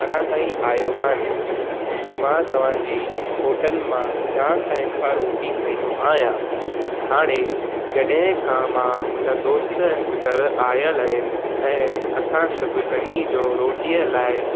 अञा ताईं आयो कान्हे मां तव्हांजी होटल मां जामु टाइम खां रोटी खाईंदो आहियां हाणे जॾहिं खां मां मुंहिंजा दोस्त घरु आयल आहिनि ऐं असां सभु कॾी जो रोटीअ लाइ